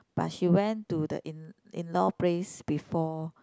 but she went to the in in law place before